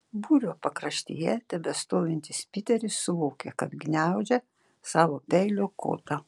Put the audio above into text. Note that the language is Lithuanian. būrio pakraštyje tebestovintis piteris suvokė kad gniaužia savo peilio kotą